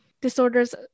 disorders